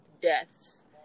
deaths